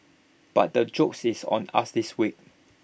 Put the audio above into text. but the jokes is on us this week